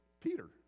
Peter